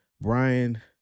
Brian